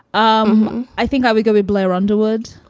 um i think i would go with blair underwood.